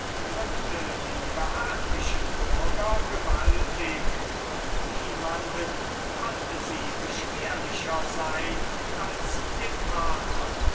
drückte die behaglichen bürger gewaltig und niemanden konnte sie beschwerlicher sein als dem vater